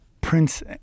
Prince